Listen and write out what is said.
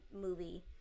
movie